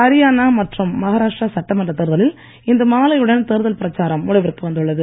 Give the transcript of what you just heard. ஹரியானா மற்றும் மஹாரஷ்டிரா சட்டமன்றத் தேர்தலில் இன்று மாலையுடன் தேர்தல் பிரச்சாரம் முடிவிற்கு வந்துள்ளது